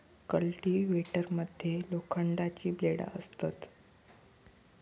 cultivator मध्ये लोखंडाची ब्लेडा असतत